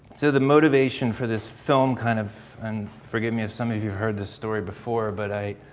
so the motivation for this film kind of, and forgive me if some of you heard this story before but i